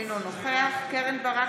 אינו נוכח קרן ברק,